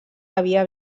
havia